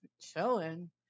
chilling